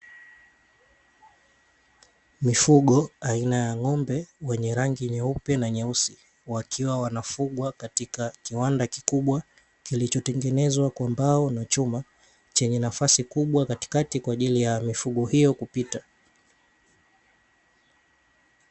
Mifugo aina ya ngombe wenye rangi nyeupe na nyeusi, wakiwa wanafugwa katika kiwanda kikubwa kilichotengenezwa kwa mbao na chuma, chenye nafasi kubwa katíka kwaajili ya mifugo hiyo kupita .